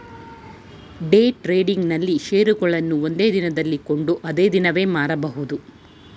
day trading ನಲ್ಲಿ ಶೇರುಗಳನ್ನು ಒಂದೇ ದಿನದಲ್ಲಿ ಕೊಂಡು ಅದೇ ದಿನವೇ ಮಾರಬಹುದು